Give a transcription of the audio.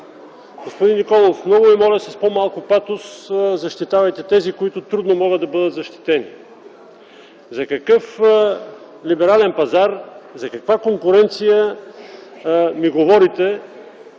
господин Николов, много Ви моля с по-малко патос защитавайте тези, които трудно могат да бъдат защитени. За какъв либерален пазар, за каква конкуренция ми говорите